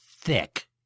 thick